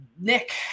Nick